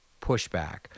pushback